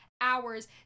hours